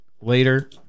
later